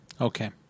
Okay